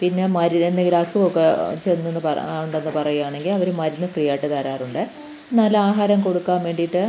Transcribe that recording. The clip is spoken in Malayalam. പിന്നെ മരുന്ന് എന്തെങ്കിലും അസുഖമൊക്കെ ചെന്നൊന്ന് പറ ഉണ്ടെന്ന് പറയുകയാണെങ്കിൽ അവർ മരുന്ന് ഫ്രീയായിട്ട് തരാറുണ്ട് നല്ല ആഹാരം കൊടുക്കാൻ വേണ്ടിയിട്ട്